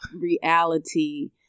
Reality